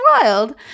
wild